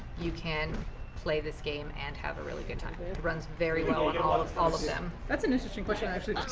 you can play this game and have a really good time. it runs very well you know on all of them that's an interesting question, actually.